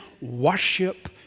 worship